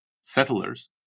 settlers